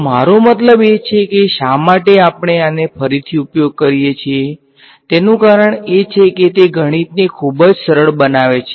તો મારો મતલબ એ છે કે શા માટે આપણે આનો ફરીથી ઉપયોગ કરીએ છીએ તેનું કારણ એ છે કે તે ગણિતને ખૂબ જ સરળ બનાવે છે